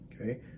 okay